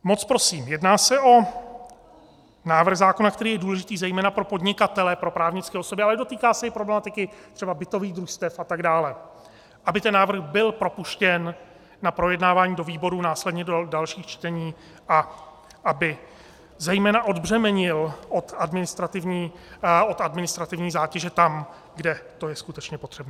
Moc prosím jedná se o návrh zákona, který je důležitý zejména pro podnikatele, pro právnické osoby, ale dotýká se i problematiky třeba bytových družstev a tak dále aby ten návrh byl propuštěn na projednávání do výborů, následně do dalších čtení a aby zejména odbřemenil od administrativní zátěže tam, kde je to skutečně potřebné.